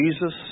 Jesus